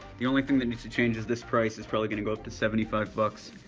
the only thing that needs to change is this price is probably going to go up to seventy five bucks.